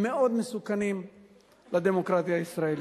מאוד מסוכנים לדמוקרטיה הישראלית.